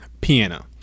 Piano